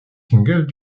singles